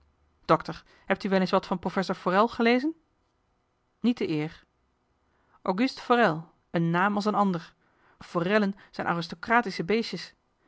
dokter hebt u wel eens wat van professor forel gelezen niet de eer august forel een naam als een ander forellen zijn aristocratische beestjes